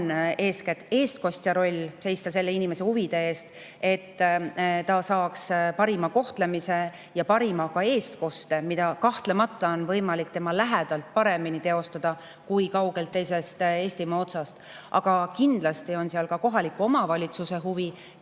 eestkostja roll seista selle inimese huvide eest, et ta saaks parima kohtlemise ja parima eestkoste, mida kahtlemata on võimalik tema lähedal paremini teostada kui kaugel, teises Eestimaa otsas. Aga kindlasti on huvi ka kohalikul omavalitsusel,